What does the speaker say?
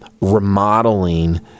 remodeling